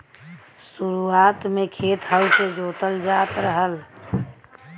शुरुआत में खेत हल से जोतल जात रहल